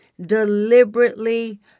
deliberately